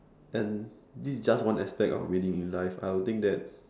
and this is just one aspect of winning in life I would think that